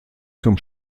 zum